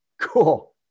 Cool